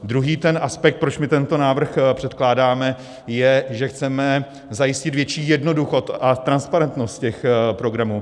Druhý aspekt, proč tento návrh předkládáme, je, že chceme zajistit větší jednoduchost a transparentnost těch programů.